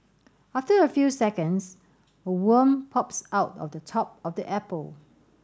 after a few seconds a worm pops out of the top of the apple